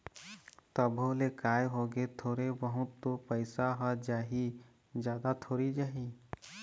तभो ले काय होगे थोरे बहुत तो पइसा ह जाही जादा थोरी जाही